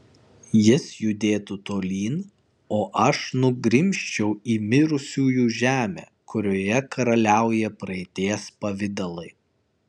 jis judėtų tolyn o aš nugrimzčiau į mirusiųjų žemę kurioje karaliauja praeities pavidalai